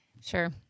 Sure